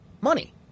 money